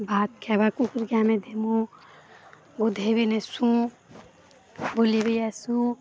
ଭାତ ଖାଇବାକୁ କୁକୁରକୁ ଆମେ ଦେଉ ଗାଧେଇ ବି ଦେଉ ବୁଲେଇ ବି ଆସୁ